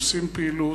ועושים פעילות,